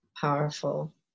powerful